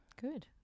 Good